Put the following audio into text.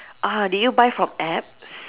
ah did you buy from apps